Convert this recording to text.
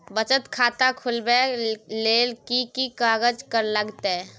बचत खाता खुलैबै ले कि की कागज लागतै?